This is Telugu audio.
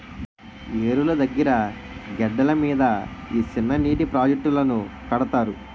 ఏరుల దగ్గిర గెడ్డల మీద ఈ సిన్ననీటి ప్రాజెట్టులను కడతారు